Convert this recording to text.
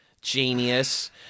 genius